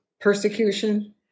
persecution